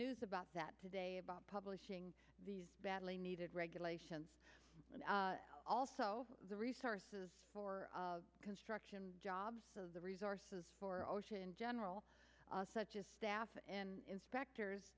news about that today about publishing these badly needed regulations and also the resources for construction jobs so the resources for osha in general such as staff and inspectors